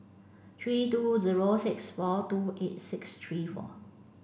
three two zero six four two eight six three four